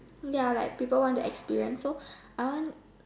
ya like people want to experience so I want